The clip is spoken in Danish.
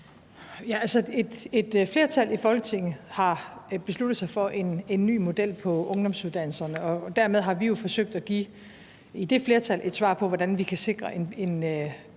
Et flertal i Folketinget har besluttet sig for en ny model for ungdomsuddannelserne, og dermed har vi jo forsøgt at give det flertal et svar på, hvordan vi kan sikre en